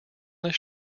this